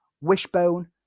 Wishbone